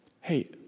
Hey